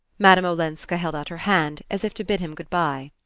madame olenska held out her hand as if to bid him goodbye.